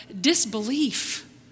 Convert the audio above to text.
disbelief